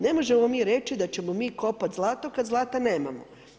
Ne možemo mi reći, da ćemo mi kopati zlato, kada zlata nemamo.